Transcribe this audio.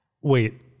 wait